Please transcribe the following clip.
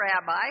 rabbi